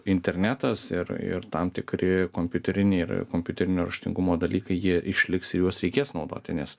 internetas ir ir tam tikri kompiuteriniai ir kompiuterinio raštingumo dalykai jie išliks ir juos reikės naudoti nes